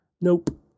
Nope